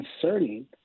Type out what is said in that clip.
concerning